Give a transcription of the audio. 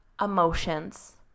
emotions